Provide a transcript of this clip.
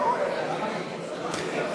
אי-אמון בממשלה לא התקבלה.